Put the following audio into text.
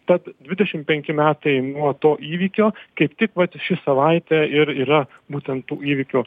tad dvidešimt penki metai nuo to įvykio kaip tik vat ši savaitė ir yra būtent tų įvykių